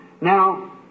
Now